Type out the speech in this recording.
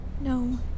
No